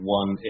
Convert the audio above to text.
one